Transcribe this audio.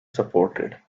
supported